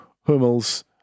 Hummels